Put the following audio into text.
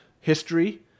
history